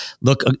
look